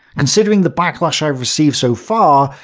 considering the backlash i have received so far,